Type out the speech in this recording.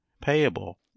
payable